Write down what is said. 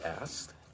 asked